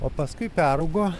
o paskui peraugo